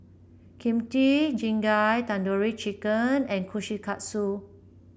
Kimchi Jjigae Tandoori Chicken and Kushikatsu